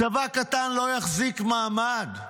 צבא קטן לא יחזיק מעמד.